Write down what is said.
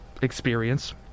experience